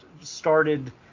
started